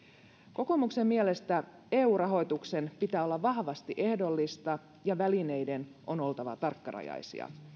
kokoomuksen mielestä eu rahoituksen pitää olla vahvasti ehdollista ja välineiden on oltava tarkkarajaisia